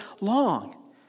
long